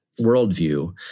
worldview